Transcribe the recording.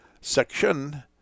section